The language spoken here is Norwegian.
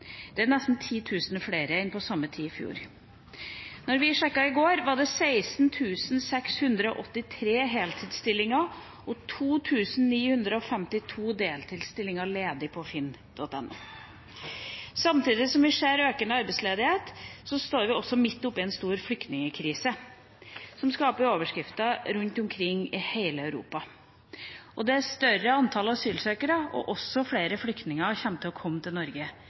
Det er nesten 10 000 flere enn på samme tid i fjor. Da vi sjekket i går, var det 16 683 heltidsstillinger og 2 952 deltidsstillinger ledige på finn.no. Samtidig som vi ser økende arbeidsledighet, står vi midt oppe i en stor flyktningkrise som skaper overskrifter rundt omkring i hele Europa, og der et større antall asylsøkere og også flere flyktninger kommer til å komme til Norge.